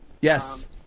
Yes